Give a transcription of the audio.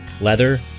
leather